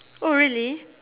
oh really